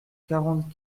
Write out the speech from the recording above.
quarante